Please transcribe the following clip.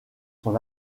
son